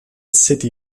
city